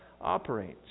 operates